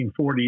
1940s